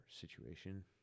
situation